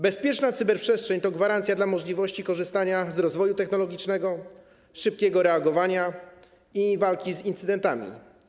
Bezpieczna cyberprzestrzeń to gwarancja możliwości korzystania z rozwoju technologicznego, szybkiego reagowania i walki z incydentami.